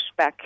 pushback